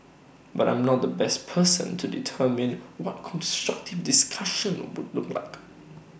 but I am not the best person to determine what constructive discussion would look like